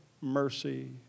mercy